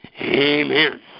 Amen